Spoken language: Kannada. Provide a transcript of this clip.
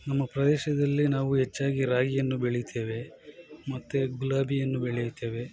ನಮ್ಮ ಪ್ರದೇಶದಲ್ಲಿ ನಾವು ಹೆಚ್ಚಾಗಿ ರಾಗಿಯನ್ನು ಬೆಳಿತೇವೆ ಮತ್ತು ಗುಲಾಬಿಯನ್ನು ಬೆಳೆಯುತ್ತೇವೆ